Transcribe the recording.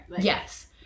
Yes